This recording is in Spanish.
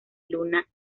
luna